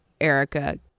Erica